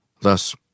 Thus